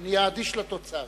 הוא נהיה אדיש לתוצאה.